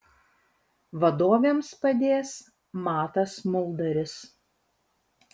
vadovėms padės matas muldaris